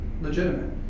legitimate